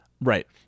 Right